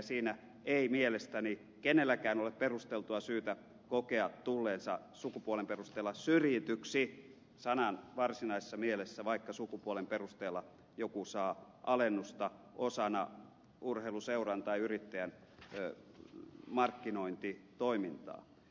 siinä ei mielestäni kenelläkään ole perusteltua syytä kokea tulleensa sukupuolen perusteella syrjityksi sanan varsinaisessa mielessä vaikka sukupuolen perusteella joku saa alennusta osana urheiluseuran tai yrittäjän markkinointitoimintaa